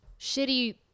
shitty